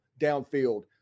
downfield